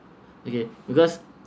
okay because